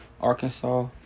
Arkansas